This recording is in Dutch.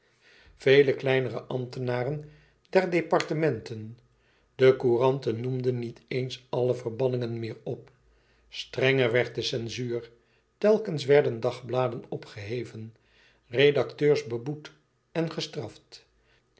vele kleinere ambtenaren der departementen de couranten noemden niet eens alle verbanningen meer op strenger werd de censuur telkens werden dagbladen opgeheven redacteurs beboet en gestraft